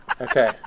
Okay